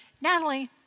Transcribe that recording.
Natalie